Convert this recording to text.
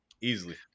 Easily